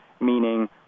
meaning